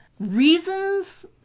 reasons